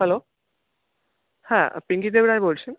hello হ্যাঁ পিঙ্গিদেব রায় বলছেন